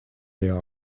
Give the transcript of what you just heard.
there